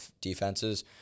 defenses